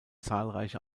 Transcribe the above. zahlreiche